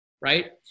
right